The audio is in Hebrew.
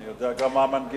אני יודע גם מהי המנגינה.